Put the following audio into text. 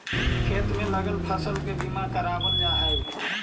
खेत में लगल फसल के भी बीमा करावाल जा हई